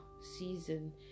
season